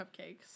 cupcakes